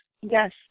yes